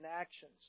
actions